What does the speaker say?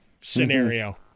scenario